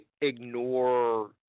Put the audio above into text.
ignore